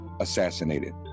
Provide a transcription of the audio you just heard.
assassinated